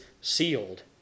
sealed